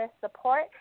support